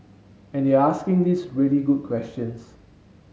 and they're asking these really good questions